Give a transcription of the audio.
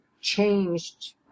changed